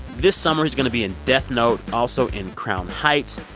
this summer, he's going to be in death note, also in crown heights.